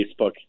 Facebook